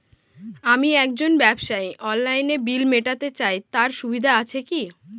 আমি একজন ব্যবসায়ী অনলাইনে বিল মিটাতে চাই তার সুবিধা আছে কি?